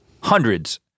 hundreds